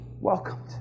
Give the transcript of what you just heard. welcome